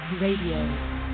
Radio